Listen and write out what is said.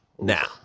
Now